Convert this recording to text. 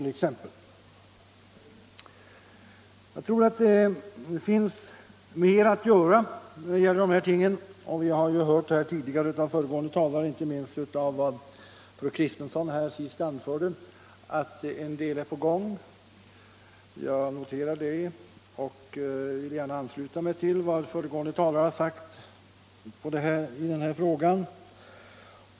Det finns säkert mycket mer att göra i dessa frågor, och av tidigare talare i debatten har vi hört — inte minst av fru Kristensson — att en del är på gång. Jag noterar det och ansluter mig gärna till vad föregående talare sagt i det fallet.